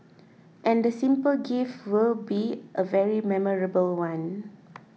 and the simple gift will be a very memorable one